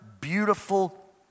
beautiful